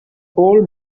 old